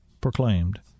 proclaimed